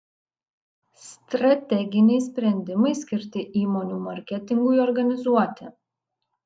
strateginiai sprendimai skirti įmonių marketingui organizuoti